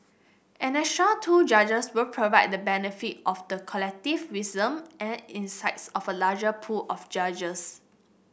an extra two judges will provide the benefit of the collective wisdom and insights of a larger pool of judges